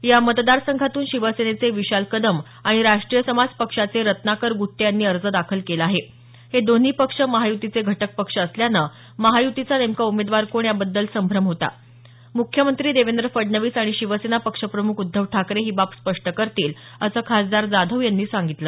या मतदार संघातून शिवसेनेचे विशाल कदम आणि राष्ट्रीय समाज पक्षाचे रत्नाकर गुट्टे यांनी अर्ज दाखल केला आहे हे दोन्ही पक्ष महायुतीचे घटकपक्ष असल्याने महायुतीचा नेमका उमेदवार कोण याबद्दल संभ्रम होता मुख्यमंत्री देवेंद्र फडणवीस आणि शिवसेना पक्षप्रमुख उद्धव ठाकरे ही बाब स्पष्ट करतील असं खासदार जाधव यांनी सांगितलं